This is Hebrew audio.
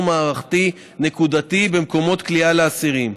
מערכתי נקודתי במקומות כליאה לאסירים,